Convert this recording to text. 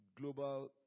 global